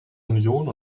union